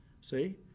See